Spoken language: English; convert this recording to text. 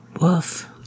Woof